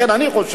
לכן, אני חושב